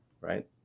right